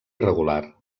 irregular